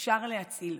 אפשר להציל.